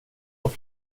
och